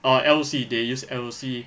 err L_C they use L_C